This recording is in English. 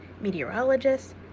meteorologists